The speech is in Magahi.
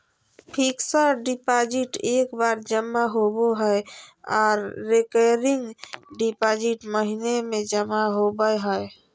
फिक्स्ड डिपॉजिट एक बार जमा होबो हय आर रेकरिंग डिपॉजिट महीने में जमा होबय हय